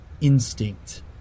instinct